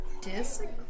Disagree